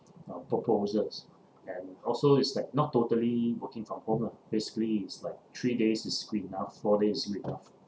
uh proposals and also is like not totally working from home lah basically it's like three days is good enough four days is good enough